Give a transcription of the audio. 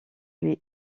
lui